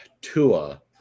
Tua